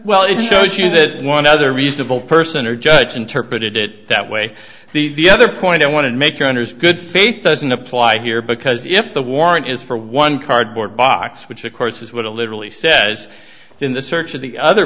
well it shows you that one other reasonable person or judge interpreted it that way the other point i want to make owners good faith doesn't apply here because if the warrant is for one cardboard box which of course is what it literally says in the search of the other